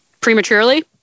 prematurely